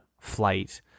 flight